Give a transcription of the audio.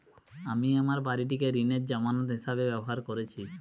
আমি আমার বাড়িটিকে ঋণের জামানত হিসাবে ব্যবহার করেছি